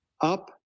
up